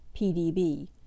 PDB